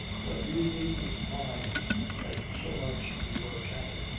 but you needn't mind that so much in your cabin.